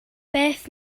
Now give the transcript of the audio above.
beth